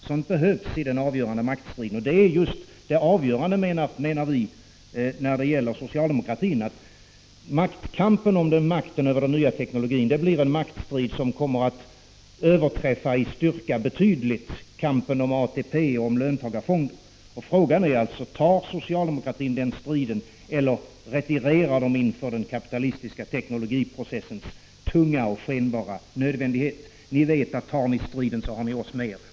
Sådant behövs i den avgörande maktstriden, och vi menar att kampen om makten över den nya teknologin blir en maktstrid som i styrka kommer att betydligt överträffa kampen om ATP och om löntagarfonder. Frågan är alltså: Tar socialdemokraterna den striden, eller retirerar de inför den kapitalistiska teknologiprocessens tunga och skenbara nödvändighet? Ni vet att tar ni den striden så har ni oss med er.